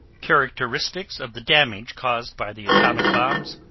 characteristics of the damage caused by the atomic bombs